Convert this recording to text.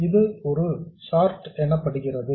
எனவே இது ஒரு ஷார்ட் எனப்படுகிறது